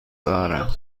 دارم